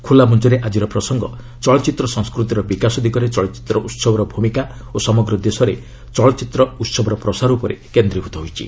ଖୋଲାମଞ୍ଚରେ ଆଜିର ପ୍ରସଙ୍ଗ ଚଳଚ୍ଚିତ୍ର ସଂସ୍କୃତିର ବିକାଶ ଦିଗରେ ଚଳଚ୍ଚିତ୍ର ଉତ୍ସବର ଭୂମିକା ଓ ସମଗ୍ର ଦେଶରେ ଚଳଚ୍ଚିତ୍ର ଉତ୍ସବର ପ୍ରସାର ଉପରେ କେନ୍ଦ୍ରୀଭୂତ ହୋଇଛି